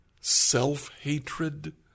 self-hatred